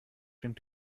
den